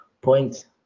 point